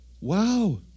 Wow